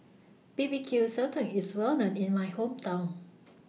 B B Q Sotong IS Well known in My Hometown